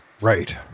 Right